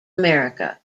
america